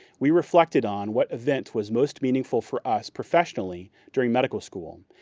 we reflected on what event was most meaningful for us professionally during medical school,